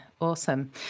awesome